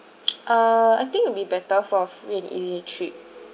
uh I think it will be better for free and easy trip